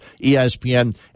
ESPN